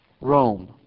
Rome